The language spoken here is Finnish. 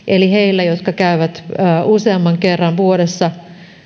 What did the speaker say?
eli heillä jotka käyvät useamman kerran vuodessa